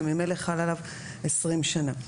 וממילא חלות עליו 20 שנים.